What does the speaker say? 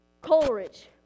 Coleridge